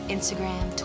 Instagram